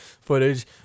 footage